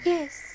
Yes